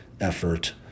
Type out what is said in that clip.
effort